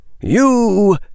you